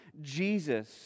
Jesus